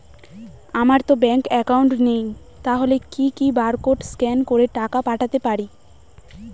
আমারতো bank account নেই তাহলে কি কি বারকোড স্ক্যান করে টাকা পাঠাতে পারি?